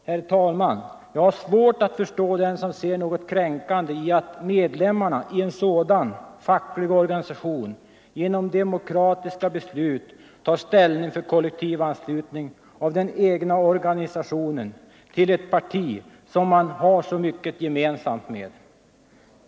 Herr talman! Jag har svårt att förstå dem som ser något kränkande i att medlemmarna i en facklig organisation genom demokratiska beslut tar ställning för kollektivanslutning av den egna organisationen till ett parti som man har så mycket gemensamt med.